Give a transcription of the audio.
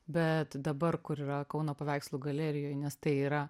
bet dabar kur yra kauno paveikslų galerijoj nes tai yra